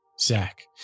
Zach